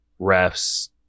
refs